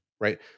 right